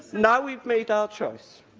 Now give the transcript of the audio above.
now we've made our choice